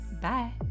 Bye